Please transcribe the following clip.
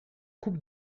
coupe